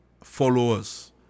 followers